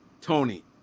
Tony